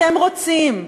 אתם רוצים,